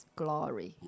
glory